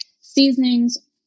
Seasoning's